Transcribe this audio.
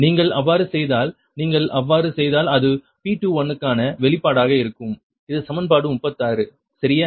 நீங்கள் அவ்வாறு செய்தால் நீங்கள் அவ்வாறு செய்தால் அது P21 க்கான வெளிப்பாடாக இருக்கும் அது சமன்பாடு 36 சரியா